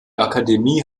akademie